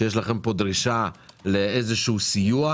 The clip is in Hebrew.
שיש לכם דרישה לסיוע.